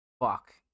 Fuck